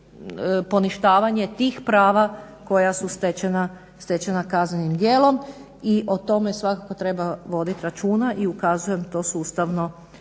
poništavanje tih prava koja su stečena kaznenim djelom i o tome svakako treba vodit računa i ukazujem to sustavno